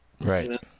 Right